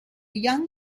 young